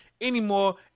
anymore